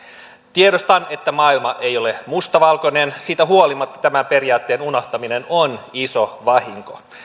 tiedostan että maailma ei ole mustavalkoinen siitä huolimatta tämän periaatteen unohtaminen on iso vahinko